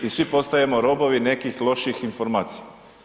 I svi postajemo robovi nekih loših informacija.